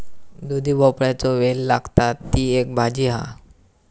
दुधी भोपळ्याचो वेल लागता, ती एक भाजी हा